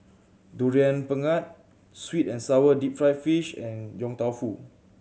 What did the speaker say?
Durian Pengat sweet and sour deep fried fish and Yong Tau Foo